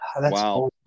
Wow